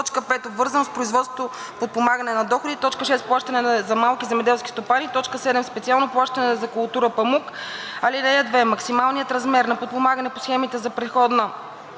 5. обвързано с производството подпомагане на доходите; 6. плащане за малки земеделски стопани; 7. специално плащане за култура – памук. (2) Максималният размер на подпомагане по схемите за преходна